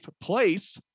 place